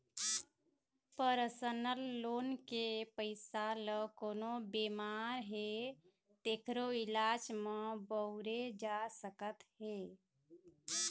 personal loan के पइसा ल कोनो बेमार हे तेखरो इलाज म बउरे जा सकत हे